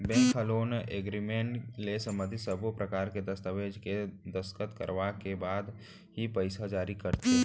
bank ह loan agreement ले संबंधित सब्बो परकार के दस्ताबेज के दस्कत करवाए के बाद ही पइसा जारी करथे